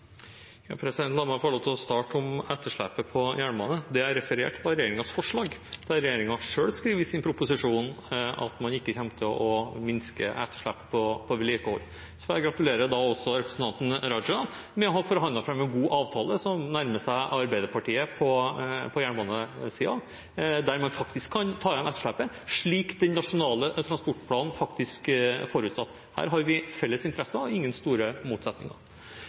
La meg få lov til å starte med etterslepet på jernbane. Det jeg refererte til, var regjeringens forslag, der regjeringen selv skriver i sin proposisjon at man ikke kommer til å minske etterslepet på vedlikehold. Jeg vil også gratulere representanten Raja med å ha forhandlet fram en god avtale, som nærmer seg Arbeiderpartiet på jernbanesiden, der man faktisk kan ta igjen etterslepet – slik Nasjonal transportplan forutsatte. Her har vi felles interesser, og det er ingen store motsetninger.